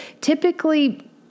typically